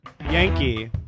yankee